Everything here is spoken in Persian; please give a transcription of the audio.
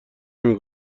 نمی